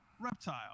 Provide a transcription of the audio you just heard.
Reptile